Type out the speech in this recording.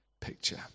picture